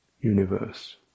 universe